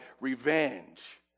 revenge